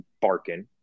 barking